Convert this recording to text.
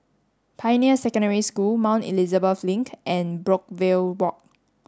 Pioneer Secondary School Mount Elizabeth Link and Brookvale Walk